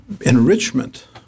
enrichment